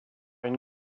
une